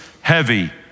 heavy